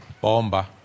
Bomba